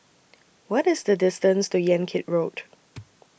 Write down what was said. What IS The distance to Yan Kit Road